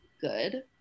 good